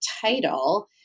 title